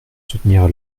soutenir